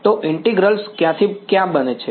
તો ઇન્ટિગ્રલ્સ ક્યાંથી ક્યાં બને છે